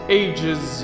ages